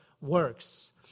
works